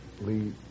Lee